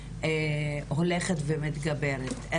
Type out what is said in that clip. הולכת ומתגברת.